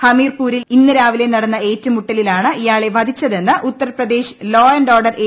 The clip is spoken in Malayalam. ഹമിർപുരിൽ ഇന്ന് രാവിലെ നടന്ന ഏറ്റുമുട്ടലിലാണ് ഇയാളെ വധിച്ചതെന്ന് Uttar Pradesh law and order A